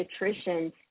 pediatricians